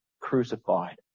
crucified